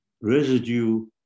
residue